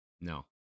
No